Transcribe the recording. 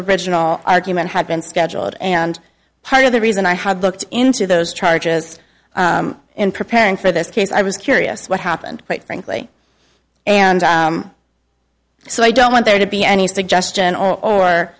original argument had been scheduled and part of the reason i had looked into those charges in preparing for this case i was curious what happened quite frankly and so i don't want there to be any suggestion or